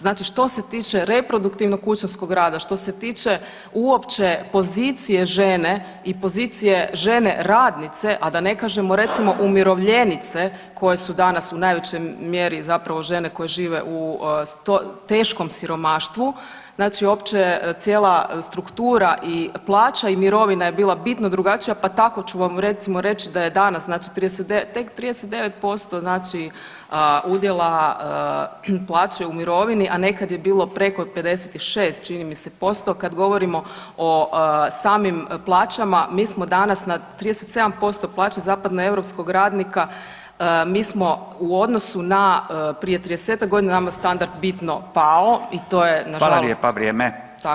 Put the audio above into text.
Znate, što se tiče reproduktivnog kućanskog rada, što se tiče uopće pozicije žene i pozicije žene radnice, a da ne kažemo, recimo, umirovljenice koje su danas u najvećoj mjeri zapravo žene koje žive u teškom siromaštvu, znači uopće cijela struktura i plaća i mirovina je bila bitno drugačija, pa tako ću vam, recimo reći da je danas, znači tek 39% znači udjela plaće u mirovini, a nekad je bilo preko 56, čini mi se, posto, kada govorimo o samim plaćama, mi smo danas na 37% plaće zapadnoeuropskog radnika, mi smo u odnosu na prije 30-ak godina, nama standard bitno pao i to je nažalost pao i to je nažalost